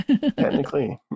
Technically